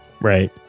Right